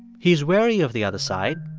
he's wary of the other side.